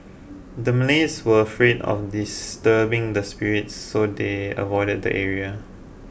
the Malays were afraid of disturbing the spirits so they avoided the area